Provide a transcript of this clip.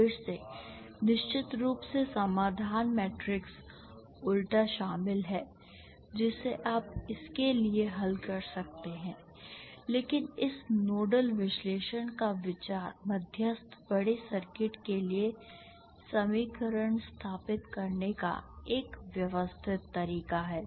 फिर से निश्चित रूप से समाधान मैट्रिक्स उलटा शामिल है जिसे आप इसके लिए हल कर सकते हैं लेकिन इस नोडल विश्लेषण का विचार मध्यस्थ बड़े सर्किट के लिए समीकरण स्थापित करने का एक व्यवस्थित तरीका है